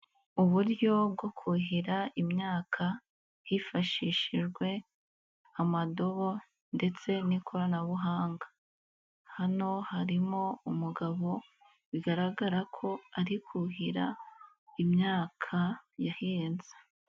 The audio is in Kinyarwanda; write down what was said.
Uburyo bwo kuhira imyaka hifashishijwe amadobo ndetse n'ikoranabuhanga, hano harimo umugabo bigaragara ko ari kuhira imyaka yahinze.